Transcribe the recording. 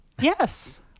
Yes